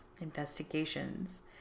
investigations